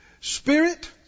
spirit